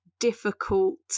difficult